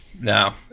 No